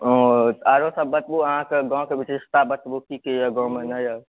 ओ आरो सब बतबू अहाँके गाँव के विशेषता बतबू की की यऽ गाँव मे नहि यऽ